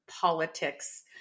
politics